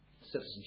citizenship